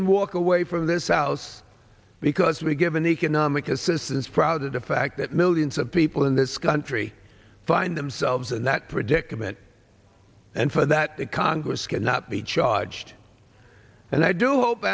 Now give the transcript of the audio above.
shouldn't walk away from this ouse because we've given economic assistance proud of the fact that millions of people in this country find themselves in that predicament and for that the congress cannot be charged and i do hope